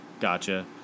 gotcha